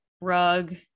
rug